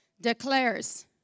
declares